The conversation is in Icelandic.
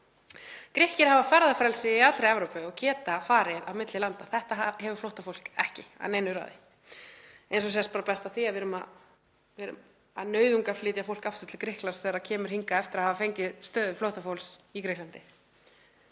Grikkir hafa ferðafrelsi í allri Evrópu og geta farið á milli landa. Slíkt frelsi hefur flóttafólk ekki að neinu ráði. Það sést best á því að við erum að nauðungarflytja fólk aftur til Grikklands þegar það kemur hingað eftir að hafa fengið stöðu flóttafólks í Grikklandi.